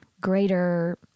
greater